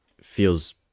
feels